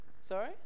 sorry